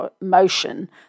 motion